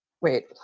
Wait